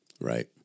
Right